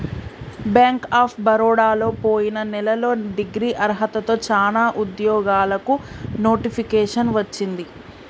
bank of బరోడలో పొయిన నెలలో డిగ్రీ అర్హతతో చానా ఉద్యోగాలకు నోటిఫికేషన్ వచ్చింది